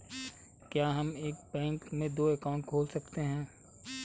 क्या हम एक बैंक में दो अकाउंट खोल सकते हैं?